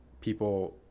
people